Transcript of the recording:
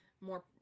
more